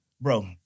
bro